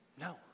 No